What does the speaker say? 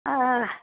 ஆ ஆ